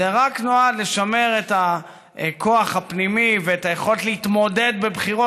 זה רק נועד לשמר את הכוח הפנימי ואת היכולת להתמודד בבחירות,